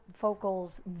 vocals